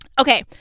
Okay